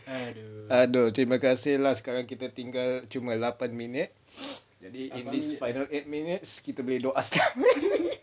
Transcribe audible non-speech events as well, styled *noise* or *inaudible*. !aduh! terima kasih lah sekarang kita tinggal cuma lapan minute jadi in this final eight minutes kita boleh doa sekarang *laughs*